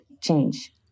change